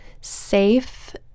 safe